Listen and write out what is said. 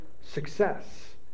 success